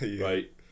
right